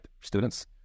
students